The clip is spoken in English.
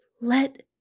Let